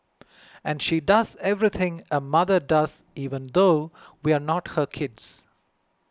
and she does everything a mother does even though we're not her kids